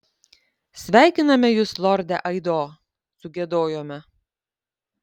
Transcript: sveikiname jus lorde aido sugiedojome